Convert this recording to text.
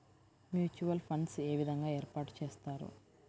Mutual funds ఏ విధంగా ఏర్పాటు చేస్తారు?